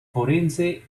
forense